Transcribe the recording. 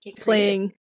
playing